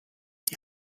die